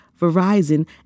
Verizon